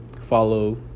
follow